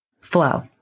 Flow